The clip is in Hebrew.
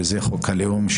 שזה חוק הלאום,